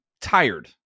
tired